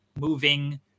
moving